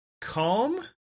calm